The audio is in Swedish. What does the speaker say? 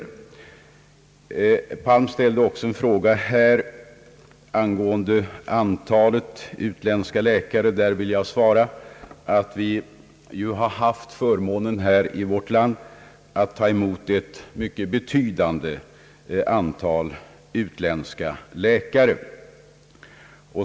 Herr Palm ställde också en fråga angående antalet utländska läkare. På det vill jag svara att vi haft förmånen att ta emot ett mycket betydande antal utländska läkare.